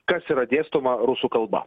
kas yra dėstoma rusų kalba